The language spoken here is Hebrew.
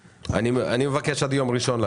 אני מבקש להעביר לנו את זה עד יום ראשון.